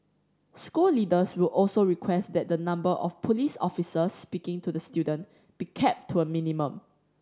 school leaders will also request that the number of police officers speaking to the student be kept to a minimum